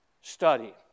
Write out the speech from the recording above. study